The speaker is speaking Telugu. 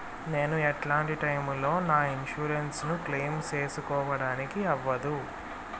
నేను ఎట్లాంటి టైములో నా ఇన్సూరెన్సు ను క్లెయిమ్ సేసుకోవడానికి అవ్వదు?